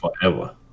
Forever